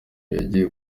yagiye